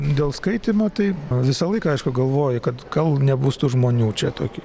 dėl skaitymo tai visą laiką aišku galvoji kad gal nebus tų žmonių čia toki